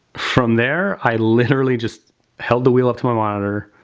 from there i literally just held the wheel up to my monitor,